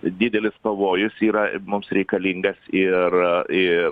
didelis pavojus yra mums reikalingas ir ir